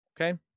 Okay